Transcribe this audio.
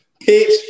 Pitch